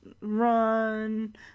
run